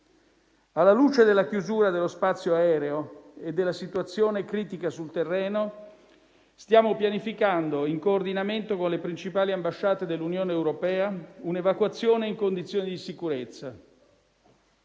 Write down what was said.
Alla luce della chiusura dello spazio aereo e della situazione critica sul terreno, stiamo pianificando, in coordinamento con le principali ambasciate dell'Unione europea, un'evacuazione in condizioni di sicurezza.